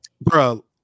Bro